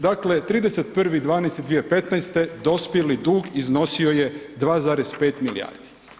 Dakle 31.12.2015. dospjeli dug iznosio je 2,5 milijardi.